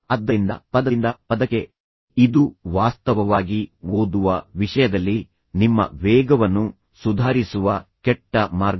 ಆದ್ದರಿಂದ ಪದದಿಂದ ಪದಕ್ಕೆ ಇದು ವಾಸ್ತವವಾಗಿ ಓದುವ ವಿಷಯದಲ್ಲಿ ನಿಮ್ಮ ವೇಗವನ್ನು ಸುಧಾರಿಸುವ ಕೆಟ್ಟ ಮಾರ್ಗವಾಗಿದೆ